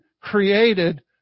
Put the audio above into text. created